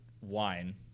wine